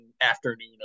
afternoon